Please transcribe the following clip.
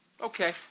Okay